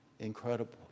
incredible